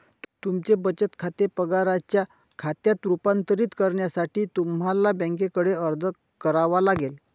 तुमचे बचत खाते पगाराच्या खात्यात रूपांतरित करण्यासाठी तुम्हाला बँकेकडे अर्ज करावा लागेल